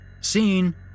scene